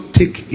take